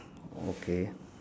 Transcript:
okay